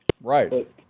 Right